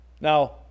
Now